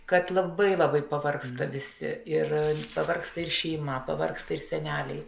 kad labai labai pavargsta visi ir pavargsta ir šeima pavargsta ir seneliai